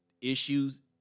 issues